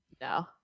No